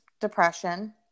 depression